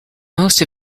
most